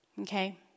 okay